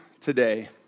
today